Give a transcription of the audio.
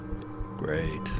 Great